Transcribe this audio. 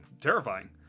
terrifying